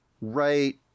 Right